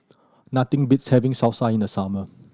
nothing beats having Salsa in the summer